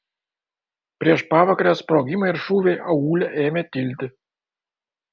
prieš pavakarę sprogimai ir šūviai aūle ėmė tilti